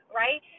right